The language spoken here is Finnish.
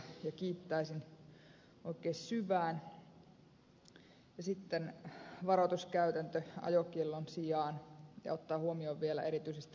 sitten varoituskäytäntö ajokiellon sijaan ottaen huomioon erityisesti vielä raskaan liikenteen on positiivinen muutos